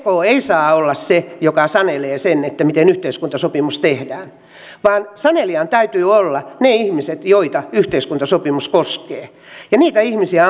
ek ei saa olla se joka sanelee sen miten yhteiskuntasopimus tehdään vaan sanelijan täytyy olla ne ihmiset joita yhteiskuntasopimus koskee ja niitä ihmisiä on kuunneltava